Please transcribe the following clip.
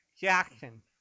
Jackson